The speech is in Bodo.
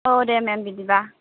औ दे मेम बिदिबा